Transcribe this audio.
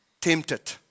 Tempted